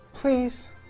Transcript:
Please